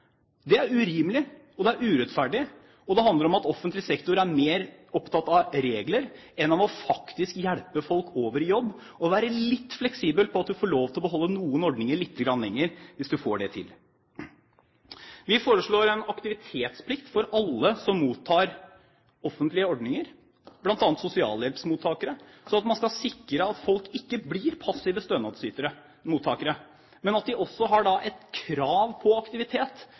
Det er urimelig, og det er urettferdig. Og det handler om at offentlig sektor er mer opptatt av regler enn av å hjelpe folk over i jobb og å være litt fleksibel, slik at man får lov til å beholde noen ordninger lite grann lenger, hvis man får det til. Vi foreslår en aktivitetsplikt for alle som er innenfor offentlige ordninger, bl.a. sosialhjelpsmottakere, slik at man sikrer at folk ikke blir passive stønadsmottakere, men har krav på aktivitet